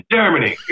Germany